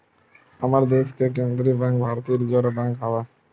हमर देस के केंद्रीय बेंक भारतीय रिर्जव बेंक आवय